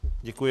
Děkuji.